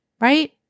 right